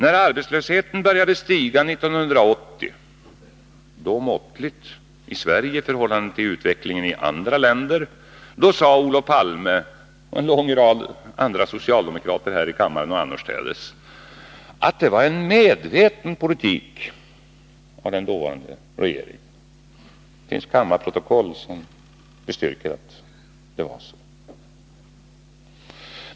När arbetslösheten började stiga 1980 — i Sverige måttligt i förhållande till utvecklingen i andra länder — sade Olof Palme och en lång rad andra socialdemokrater här i kammaren och annorstädes att detta var en medveten politik från den dåvarande regeringens sida. Det finns riksdagsprotokoll som bestyrker detta.